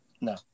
No